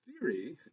theory